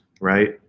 Right